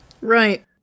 Right